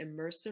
immersive